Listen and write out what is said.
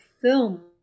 film